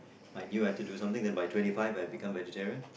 I knew I had to do something then by twenty five I became vegetarian